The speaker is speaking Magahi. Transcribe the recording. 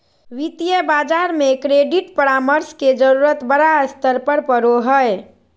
वित्तीय बाजार में क्रेडिट परामर्श के जरूरत बड़ा स्तर पर पड़ो हइ